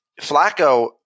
Flacco